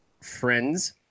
Friends